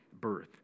birth